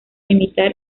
imitar